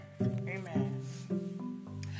Amen